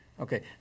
Okay